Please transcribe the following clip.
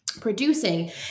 producing